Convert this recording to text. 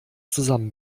zusammen